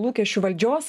lūkesčių valdžios